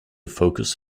focus